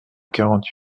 quarante